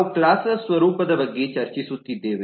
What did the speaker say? ನಾವು ಕ್ಲಾಸೆಸ್ನ ಸ್ವರೂಪದ ಬಗ್ಗೆ ಚರ್ಚಿಸುತ್ತಿದ್ದೇವೆ